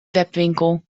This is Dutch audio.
webwinkel